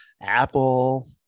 Apple